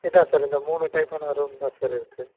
இதுதான் சார் இந்த மூணு டைப்பான ரூம் தான் சார் இருக்குது